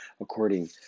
according